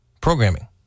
programming